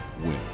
win